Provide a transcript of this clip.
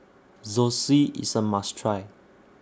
Zosui IS A must Try